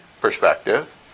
perspective